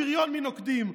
הבריון מנוקדים,